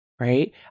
right